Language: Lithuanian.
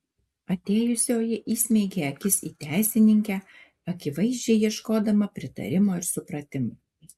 atėjusioji įsmeigė akis į teisininkę akivaizdžiai ieškodama pritarimo ir supratimo